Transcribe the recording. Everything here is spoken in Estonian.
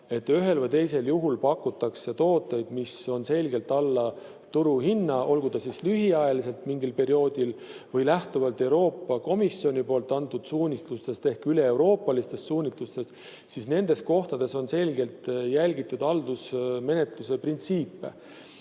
et ühel või teisel juhul pakutakse tooteid, mis on selgelt alla turuhinna, olgu ta siis lühiajaliselt mingil perioodil või lähtuvalt Euroopa Komisjoni antud ehk üleeuroopalistest suunistest –, nende puhul on selgelt jälgitud haldusmenetluse printsiipe.